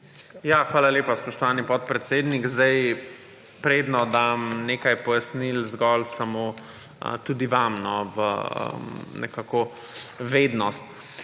Hvala lepa, spoštovani podpredsednik. Predno dam nekaj pojasnil, zgolj samo tudi vam v nekako vednost.